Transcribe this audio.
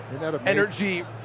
energy